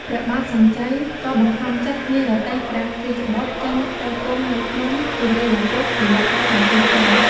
ព្រះបាទសញ្ជ័យក៏បង្ខំចិត្តនិរទេសព្រះរាជបុត្រចេញទៅគង់នៅភ្នំ គិរីវង្គត រយៈពេល ៧ ខែ។